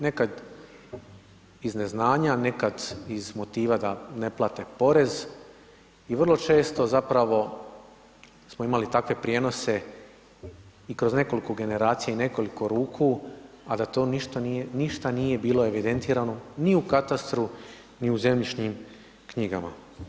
Nekad iz neznanja, nekad iz motiva da ne plate porez i vrlo često, zapravo smo imali takve prijenose kroz nekoliko generacija i nekoliko ruku a da to ništa nije bilo evidentirano ni u katastru, ni u zemljišnim knjigama.